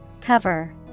Cover